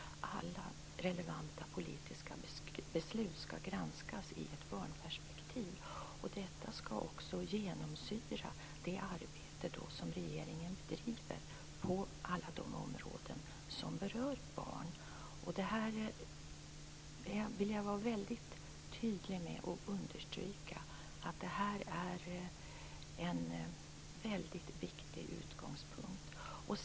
Alla relevanta politiska beslut skall granskas ur ett barnperspektiv. Detta skall också genomsyra det arbete som regeringen bedriver på alla områden som berör barn. Jag vill vara väldigt tydligt med att understryka att det här är en mycket viktig utgångspunkt.